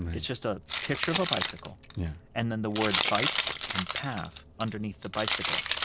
it's just a picture of a bicycle yeah and then, the word bike and path underneath the bicycle,